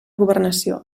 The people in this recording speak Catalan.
governació